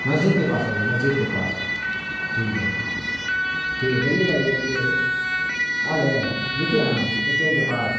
مسجد کے پاس آئیے مسجد کے پاس ٹھیک ہے ٹھیک ہے جلدی آئیے جلدی آئیے آ گئے دکھے ہم اے ٹی ایم کے پاس